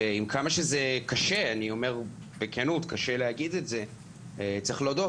ועם כמה שקשה להגיד את זה צריך להודות: